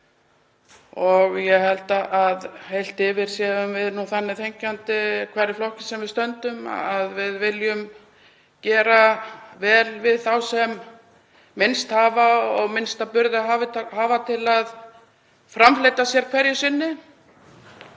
Ég held að heilt yfir séum við nú þannig þenkjandi, hvar í flokki sem við stöndum, að við viljum gera vel við þá sem minnst hafa og minnsta burði hafa til að framfleyta sér hverju sinni.